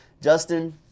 Justin